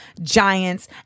Giants